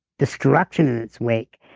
destruction in its wake,